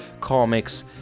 comics